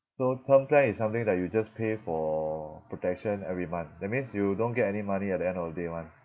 so sometimes it's something that you just pay for protection every month that means you don't get any money at the end of the day [one]